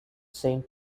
saint